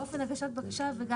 הרי פעם אחת מפרסמים את זה וזהו.